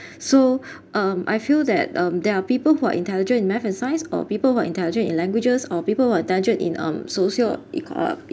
so um I feel that um there are people who are intelligent in math and science or people who are intelligent in languages or people who are intelligent in um in socio econ~